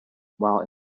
while